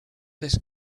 this